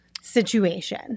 situation